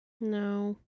No